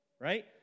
Right